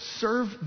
serve